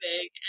big